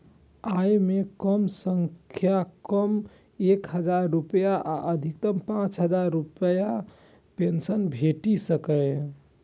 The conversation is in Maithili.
अय मे कम सं कम एक हजार रुपैया आ अधिकतम पांच हजार रुपैयाक पेंशन भेटि सकैए